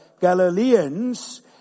Galileans